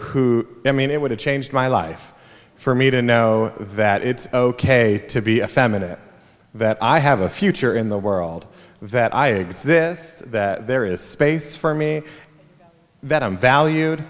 who i mean it would have changed my life for me to know that it's ok to be a feminine that i have a future in the world that i exist that there is space for me that i'm valued